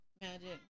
Magic